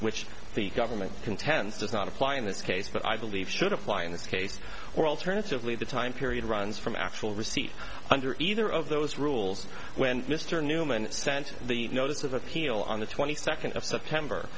which the government contends does not apply in this case but i believe should apply in this case or alternatively the time period runs from actual receipt under either of those rules when mr newman sent the notice of appeal on the twenty second